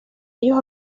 ellos